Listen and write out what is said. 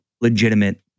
legitimate